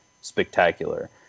spectacular